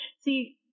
See